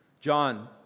John